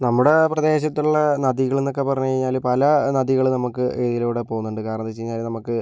നമ്മുടെ പ്രദേശത്തുള്ള നദികളെന്നൊക്കെ പറഞ്ഞുകഴിഞ്ഞാൽ പല നദികള് നമുക്ക് ഇതിലൂടെ പോകുന്നുണ്ട് കാരണം എന്ന് വെച്ചുകഴിഞ്ഞാൽ നമുക്ക്